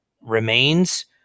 remains